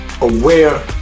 aware